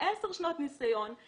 עם 10 שנות ניסיון,